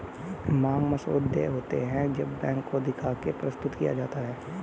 मांग मसौदा देय होते हैं जब बैंक को दिखा के प्रस्तुत किया जाता है